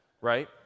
Right